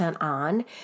on